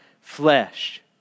flesh